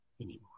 anymore